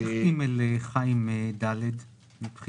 איך